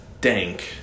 dank